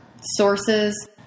sources